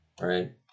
right